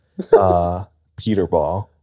Peterball